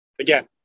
Again